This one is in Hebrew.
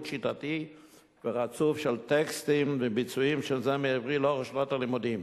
שיטתי ורצוף של טקסטים וביצועים של זמר עברי לאורך שנת הלימודים.